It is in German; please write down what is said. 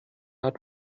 hat